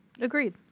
Agreed